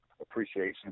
appreciation